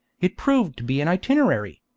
it proved to be an itinerary.